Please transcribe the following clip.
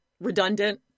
redundant